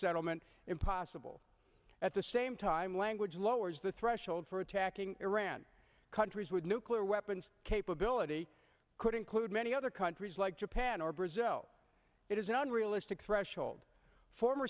settlement impossible at the same time language lowers the threshold for attacking iran countries with nuclear weapons capability could include many other countries like japan or brazil it is an unrealistic threshold former